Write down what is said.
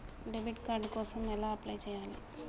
Debit card కోసం ఎలా apply చేయాలి?